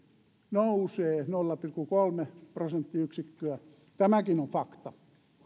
nousee nolla pilkku kolme prosenttiyksikköä tämäkin on fakta